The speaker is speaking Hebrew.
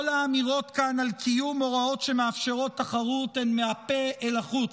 כל האמירות כאן על קיום הוראות שמאפשרות תחרות הן מהפה אל החוץ.